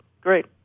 great